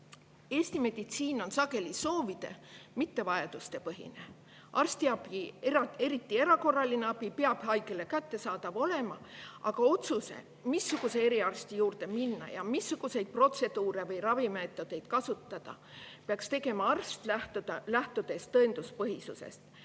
Eesti meditsiin on sageli soovide‑, mitte vajadustepõhine. Arstiabi, eriti erakorraline abi peab haigele kättesaadav olema. Aga otsuse, missuguse eriarsti juurde minna ja missuguseid protseduure või ravimeetodeid kasutada, peaks tegema arst, lähtudes tõenduspõhisusest,